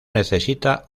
necesita